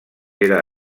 era